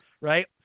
Right